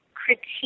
critique